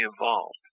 involved